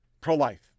pro-life